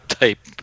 type